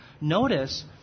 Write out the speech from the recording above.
Notice